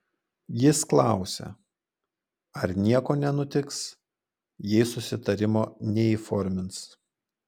jis klausė ar nieko nenutiks jei susitarimo neįformins